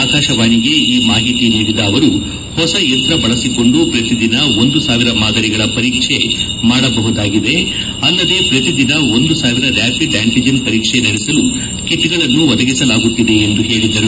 ಆಕಾಶವಾಣಿಗೆ ಈ ಮಾಹಿತಿ ನೀಡಿದ ಅವರು ಹೊಸ ಯಂತ್ರ ಬಳಸಿಕೊಂಡು ಪ್ರತಿ ದಿನ ಒಂದು ಸಾವಿರ ಮಾದರಿಗಳ ಪರೀಕ್ಷೆ ಮಾಡಬಹುದಾಗಿದೆ ಅಲ್ಲದೇ ಪ್ರತಿದಿನ ಒಂದು ಸಾವಿರ ರ್ಯಾಪಿಡ್ ಆಂಟಿಜೆನ್ ಪರೀಕ್ಷೆ ನಡೆಸಲು ಕಿಟ್ಗಳನ್ನು ಒದಗಿಸಲಾಗುತ್ತಿದೆ ಎಂದು ಹೇಳಿದರು